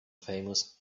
famous